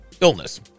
illness